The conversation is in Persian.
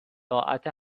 ساعت